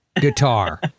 guitar